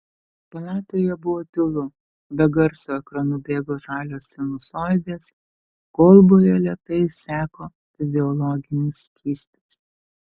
palatoje buvo tylu be garso ekranu bėgo žalios sinusoidės kolboje lėtai seko fiziologinis skystis